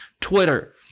Twitter